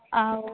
ଆଉ